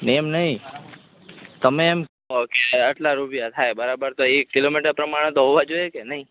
ને એમ નહીં તમે એમ કહો કે આટલા રૂપિયા થાય બરાબર તો એ કિલોમીટર પ્રમાણે તો હોવા જોઈએ કે નહીં